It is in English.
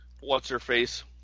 what's-her-face